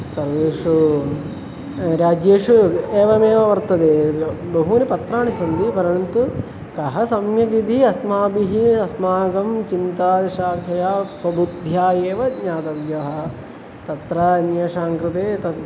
सर्वेषु राज्येषु एवमेव वर्तते यद् बहूनि पत्राणि सन्ति परन्तु कः सम्यगिति अस्माभिः अस्माकं चिन्ताशाखया स्वबुद्ध्या एव ज्ञातव्यः तत्र अन्येषां कृते तद्